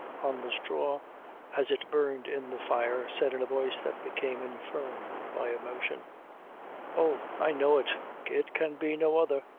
on the straw as it burned in the fire, said in a voice that became infirm by emotion oh! i know it it can be no other.